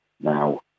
now